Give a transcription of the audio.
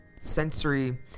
sensory